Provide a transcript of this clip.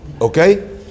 Okay